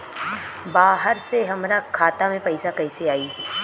बाहर से हमरा खाता में पैसा कैसे आई?